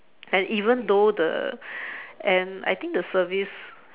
and even though the and I think the service